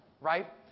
right